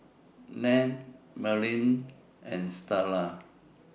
Len Merlene and Starla